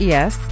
Yes